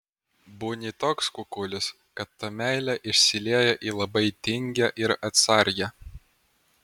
būni toks kukulis kad ta meilė išsilieja į labai tingią ir atsargią